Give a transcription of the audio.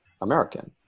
American